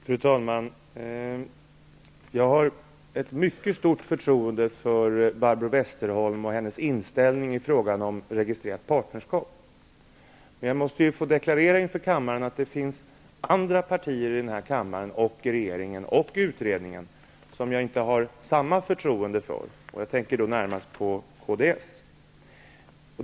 Fru talman! Jag har ett mycket stort förtroende för Barbro Westerholm och hennes inställning till registrerat partnerskap. Men jag måste inför kammaren få deklarera att det finns andra partier i denna kammare, i regeringen och i utredningen som jag inte har samma förtroende för. Jag tänker då närmast på kds.